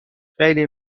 خیلی